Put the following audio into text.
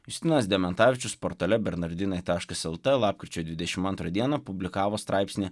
justinas dementavičius portale bernardinai taškas lt lapkričio dvidešim antrą dieną publikavo straipsnį